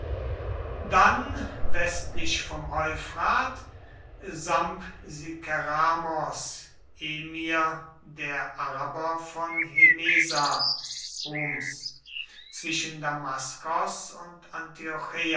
dann westlich vom euphrat sampsikeramos emir der araber von hemesa homs zwischen damaskos und antiocheia